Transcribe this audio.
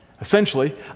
essentially